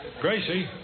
Gracie